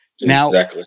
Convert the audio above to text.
Now